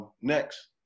Next